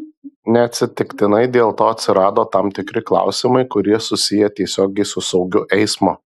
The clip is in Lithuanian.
neatsitiktinai dėl to atsirado tam tikri klausimai kurie susiję tiesiogiai su saugiu eismu